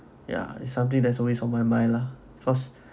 yeah it's something that's always on my mind lah because